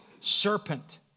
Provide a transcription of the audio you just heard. serpent